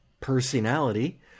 personality